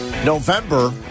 November